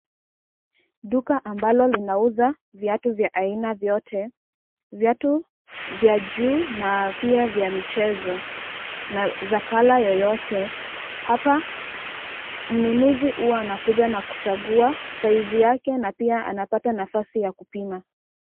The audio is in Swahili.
Duka ambalo linauza viatu vya aina yoyote, viatu vya juu na pia vya michezo, na color yoyote. Hapa, mnunuzi huwa anakuja na kuchagua size yake na pia anapata nafasi ya kupima.